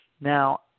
Now